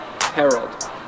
Harold